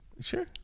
Sure